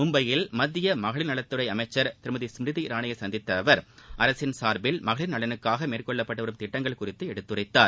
மும்பையில் மத்திய மகளிர் நலத்துறை அமைச்சர் திருமதி ஸ்மிருதி இரானியை சந்தித்த அவர் அரசின் சார்பில் மகளிர் நலனுக்காக மேற்கொள்ளப்பட்டு வரும் திட்டங்கள் குறித்து எடுத்துரைத்தார்